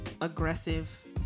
aggressive